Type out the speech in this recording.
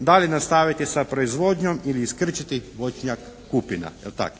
dalje nastaviti sa proizvodnjom ili iskrčiti voćnjak kupina.